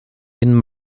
den